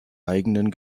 eigenen